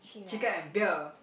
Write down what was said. chicken and beer